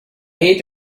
ate